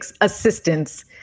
assistance